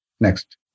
Next